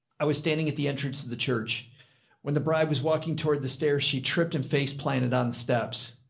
i was standing at the entrance to the church when the bride was walking toward the stairs. she tripped and face planted on the steps.